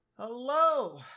Hello